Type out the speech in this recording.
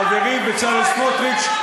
חברי בצלאל סמוטריץ,